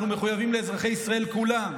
אנחנו מחויבים לאזרחי ישראל כולם: